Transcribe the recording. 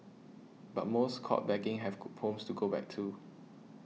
but most caught begging have homes to go back to